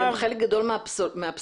גם חלק גדול מהפסולת,